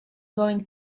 going